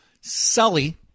Sully